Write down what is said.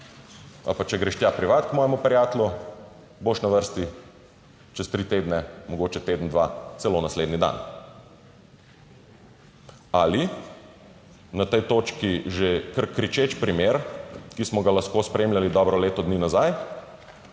pa če greš tja privat k mojemu prijatelju, boš na vrsti čez tri tedne, mogoče teden, dva, celo naslednji dan. Ali na tej točki že kar kričeč primer, ki smo ga lahko spremljali dobro leto dni nazaj,